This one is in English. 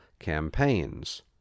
campaigns